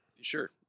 Sure